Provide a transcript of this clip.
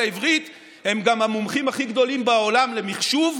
העברית הם גם המומחים הכי גדולים בעולם למחשוב,